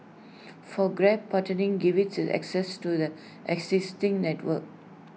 for grab partnering gives IT access to the existing network